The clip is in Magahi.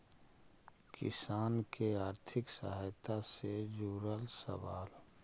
किसान के आर्थिक सहायता से जुड़ल सवाल?